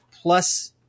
plus